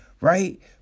right